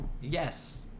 Yes